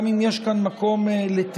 גם אם יש כאן מקום לתיקון,